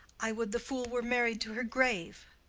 i would the fool were married to her grave!